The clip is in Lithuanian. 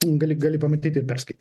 gali gali pamatytiir perskaityt